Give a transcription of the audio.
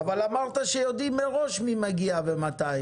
--- אבל אמרת שיודעים מראש מי מגיע ומתי,